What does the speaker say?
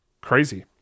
Crazy